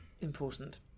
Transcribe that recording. Important